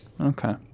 Okay